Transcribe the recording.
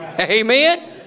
Amen